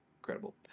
incredible